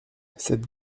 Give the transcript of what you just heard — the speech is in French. cette